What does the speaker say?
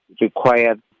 required